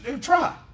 try